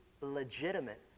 legitimate